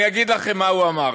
אני אגיד לכם מה הוא אמר,